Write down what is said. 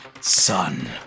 son